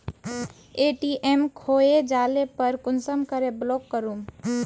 ATM खोये जाले पर कुंसम करे ब्लॉक करूम?